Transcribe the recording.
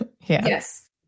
Yes